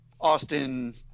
Austin